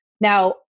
Now